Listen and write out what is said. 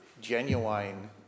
genuine